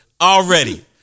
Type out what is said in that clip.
Already